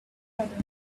other